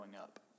up